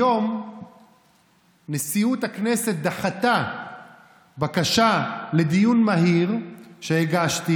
היום נשיאות הכנסת דחתה בקשה לדיון מהיר שהגשתי